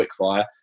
Quickfire